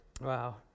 wow